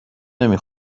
نمی